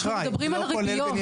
אנחנו מדברים על ריביות.